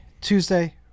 Tuesday